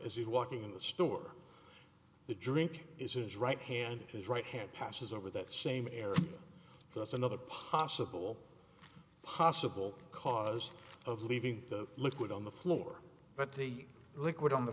as he's walking in the store the drink is his right hand his right hand passes over that same area so that's another possible possible cause of leaving the liquid on the floor but the liquid on the